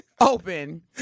Open